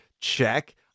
Check